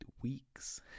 weeks